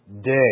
day